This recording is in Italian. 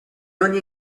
ogni